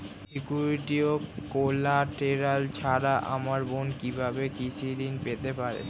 Security ও collateral ছাড়া আমার বোন কিভাবে কৃষি ঋন পেতে পারে?